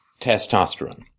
testosterone